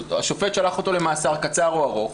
זאת אומרת השופט שלח אותו למאסר קצר או ארוך,